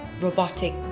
robotic